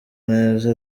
neza